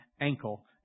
ankle